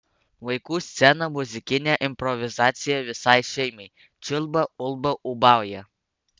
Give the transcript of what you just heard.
vaikų scena muzikinė improvizacija visai šeimai čiulba ulba ūbauja